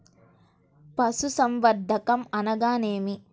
పశుసంవర్ధకం అనగానేమి?